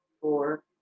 four